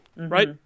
Right